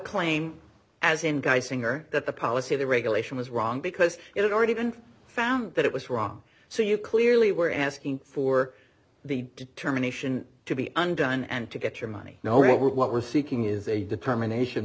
claim as in guy singer that the policy the regulation was wrong because it had already been found that it was wrong so you clearly were asking for the determination to be undone and to get your money knowing what we're seeking is a determination